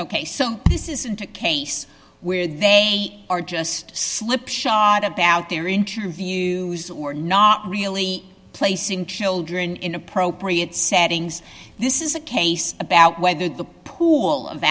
ok so this isn't a case where they are just slip shod about their interviews or not really placing children in appropriate settings this is a case about whether the pool of